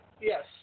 Yes